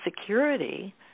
security